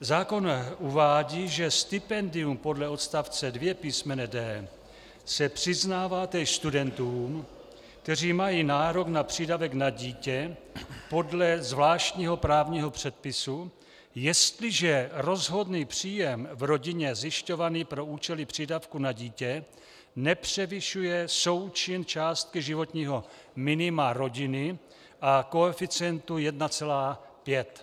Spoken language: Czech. Zákon uvádí, že stipendium podle odst. 2 písm. d) se přiznává též studentům, kteří mají nárok na přídavek na dítě podle zvláštního právního předpisu, jestliže rozhodný příjem v rodině zjišťovaný pro účely přídavku na dítě nepřevyšuje součin částky životního minima rodiny a koeficientu 1,5.